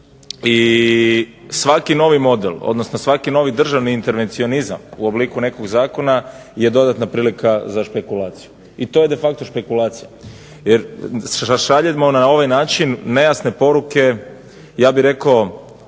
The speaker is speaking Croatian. I svaki novi model odnosno svaki novi državni intervencionizam u obliku nekog zakona je dodatna prilika za špekulaciju. I to je de facto špekulacija, jer šaljemo na ovaj način nejasne poruke ja bih rekao